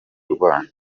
rwanyu